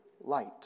light